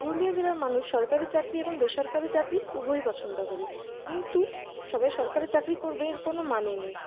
পুরুলিয়া জেলার মানুষ সরকারি চাকরি এবং বেসরকারি চাকরি উভয়ই পছন্দ করি কিন্তু সবাই সরকারি চাকরি করবে এর কোনো মানে নেই